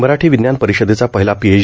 मराठी विज्ञान परिषदेचा पहिला पीएच